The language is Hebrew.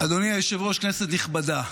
אדוני היושב-ראש, כנסת נכבדה,